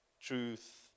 truth